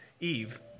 Eve